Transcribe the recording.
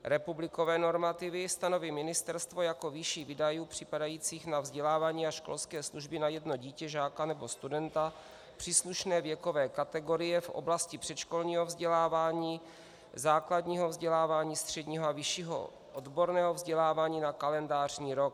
Republikové normativy stanoví ministerstvo jako výši výdajů připadajících na vzdělávání a školské služby na jedno dítě, žáka nebo studenta příslušné věkové kategorie v oblasti předškolního vzdělávání, základního vzdělávání, středního a vyššího odborného vzdělávání na kalendářní rok.